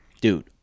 dude